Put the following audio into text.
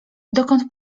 dokąd